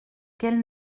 qu’elles